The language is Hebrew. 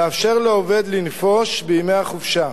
לאפשר לעובד לנפוש בימי החופשה.